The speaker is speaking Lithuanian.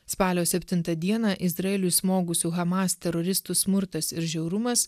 spalio septintą dieną izraeliui smogusių hamas teroristų smurtas ir žiaurumas